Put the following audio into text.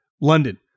London